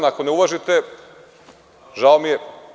Ako ne uvažite, žao mi je.